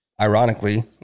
ironically